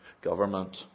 government